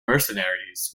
mercenaries